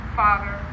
father